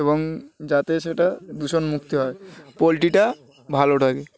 এবং যাতে সেটা দূষণ মুক্তি হয় পোলট্রিটা ভালো থাকে